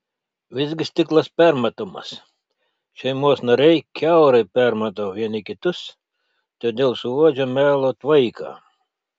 visgi stiklas permatomas šeimos nariai kiaurai permato vieni kitus todėl suuodžia melo tvaiką